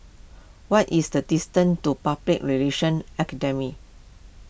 what is the distance to Public Relations Academy